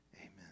amen